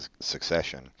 succession